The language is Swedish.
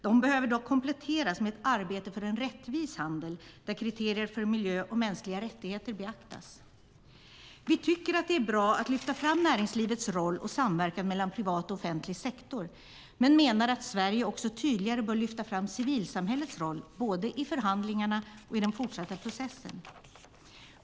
Det behöver dock kompletteras med ett arbete för en rättvis handel där kriterier för miljö och mänskliga rättigheter beaktas. Vi tycker att det är bra att lyfta fram näringslivets roll och samverkan mellan privat och offentlig sektor, men vi menar att Sverige tydligare bör lyfta fram också civilsamhällets roll både i förhandlingarna och i den fortsatta processen.